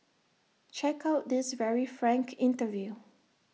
check out this very frank interview